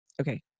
Okay